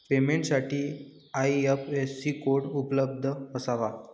पेमेंटसाठी IFSC code उपलब्ध असावा